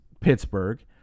Pittsburgh